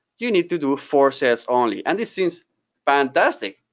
you need to do four sales only, and this seems fantastic.